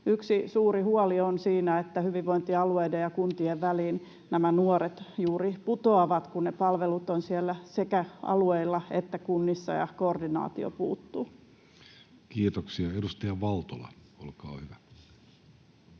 yksi suuri huoli on siinä, että hyvinvointialueiden ja kuntien väliin nämä nuoret juuri putoavat, kun niitä palveluita on sekä alueilla että kunnissa ja koordinaatio puuttuu. Kiitoksia. — Edustaja Valtola, olkaa hyvä.